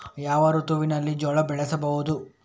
ಯಾವ ಋತುವಿನಲ್ಲಿ ಜೋಳ ಬೆಳೆಸಬಹುದು?